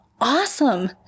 awesome